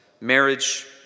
marriage